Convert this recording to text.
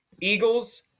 eagles